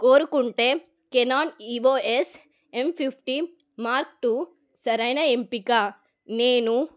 కోరుకుంటే Canon EOS M fifty mark two సరైన ఎంపిక నేను